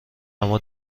اما